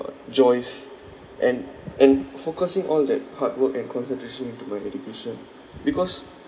joys and and focusing all that hard work and concentration into my education because